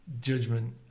judgment